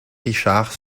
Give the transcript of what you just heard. richard